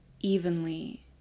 evenly